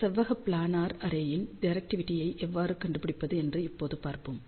செவ்வக பிளானர் அரேயின் டிரெக்டிவிடியை எவ்வாறு கண்டுபிடிப்பது என்று இப்போது பார்ப்போம்